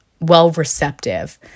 well-receptive